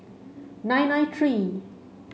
nine nine three